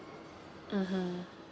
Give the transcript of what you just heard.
mmhmm